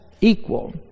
equal